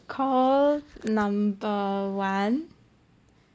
call number one